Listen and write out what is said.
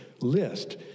list